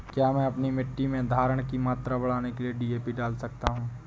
क्या मैं अपनी मिट्टी में धारण की मात्रा बढ़ाने के लिए डी.ए.पी डाल सकता हूँ?